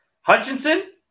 Hutchinson